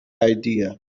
idea